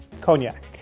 Cognac